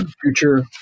future